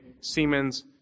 Siemens